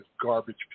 garbage